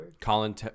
Colin